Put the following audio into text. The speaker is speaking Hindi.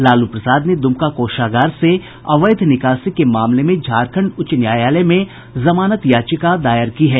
लालू प्रसाद ने दुमका कोषागार से अवैध निकासी के मामले में झारखंड उच्च न्यायालय में जमानत याचिका दायर की है